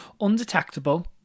undetectable